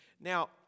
Now